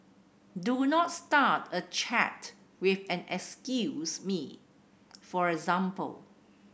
do not start a chat with an excuse me for example